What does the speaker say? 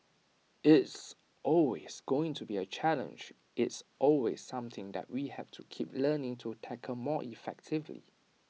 it's always going to be A challenge it's always something that we have to keep learning to tackle more effectively